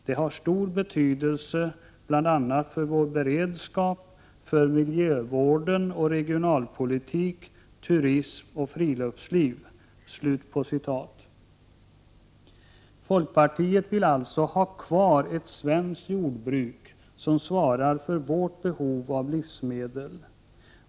Det har stor betydelse bl.a. för vår beredskap, för miljövården och regionalpolitik, turism och friluftsliv.” Folkpartiet vill alltså ha kvar ett svenskt jordbruk som svarar för vårt behov av livsmedel.